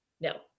no